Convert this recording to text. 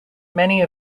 many